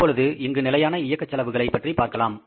இப்பொழுது இங்கு நிலையான இயக்க செலவுகளைப் பற்றி பார்க்கலாம்